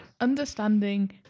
Understanding